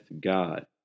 God